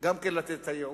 גם לתת את הייעוץ,